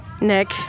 Nick